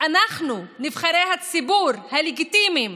אנחנו, נבחרי הציבור הלגיטימיים,